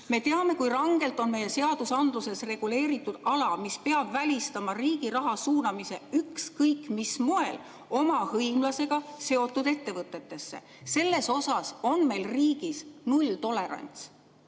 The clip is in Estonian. Me teame, kui rangelt on meie seadustes reguleeritud ala, mis peab välistama riigi raha suunamise ükskõik mis moel oma hõimlasega seotud ettevõtetesse, selles on meil riigis nulltolerants.